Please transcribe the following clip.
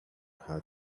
how